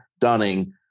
Dunning